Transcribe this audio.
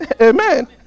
Amen